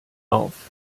auf